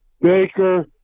Baker